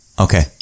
Okay